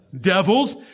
Devils